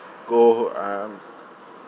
go um